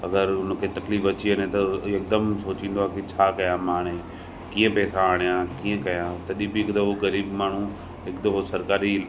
अगरि उनिखे तकलीफ़ अची वञे त हिकदमु सोचींदो आहे के छा कयां मां हाणे कीअं पैसा आणियां कीअं कयां तॾहिं बि हिकु दफ़ो ग़रीब माण्हूं हिकु दफ़ो सरकारी